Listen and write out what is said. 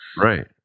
Right